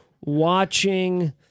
watching